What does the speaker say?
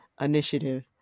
initiative